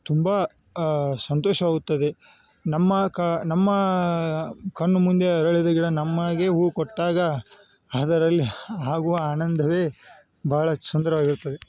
ತುಂಬ ಸಂತೋಷವಾಗುತ್ತದೆ ನಮ್ಮ ಕ ನಮ್ಮ ಕಣ್ಣು ಮುಂದೆ ಅರಳಿದ ಗಿಡ ನಮಗೆ ಹೂ ಕೊಟ್ಟಾಗ ಅದರಲ್ಲಿ ಆಗುವ ಆನಂದವೇ ಬಹಳ ಸುಂದರವಾಗಿರುತ್ತದೆ